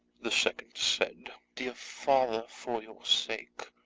the second said dear father, for your sake,